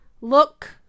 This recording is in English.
look